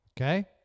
okay